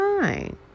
fine